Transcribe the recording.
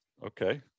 Okay